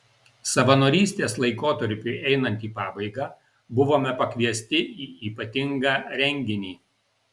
savanorystės laikotarpiui einant į pabaigą buvome pakviesti į ypatingą renginį